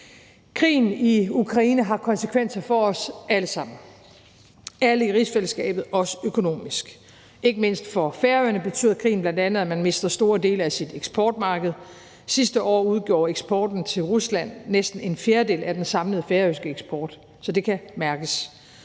Krigen i Ukraine har konsekvenser for os alle sammen i rigsfællesskabet, også økonomisk. Ikke mindst for Færøerne betyder krigen bl.a., at de mister store dele af deres eksportmarked. Sidste år udgjorde eksporten til Rusland næsten en fjerdedel af den samlede færøske eksport. Så det kan mærkes.